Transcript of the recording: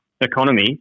economy